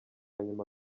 nyuma